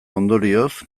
ondorioz